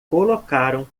colocaram